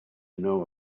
know